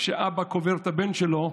שאבא קובר את הבן שלו,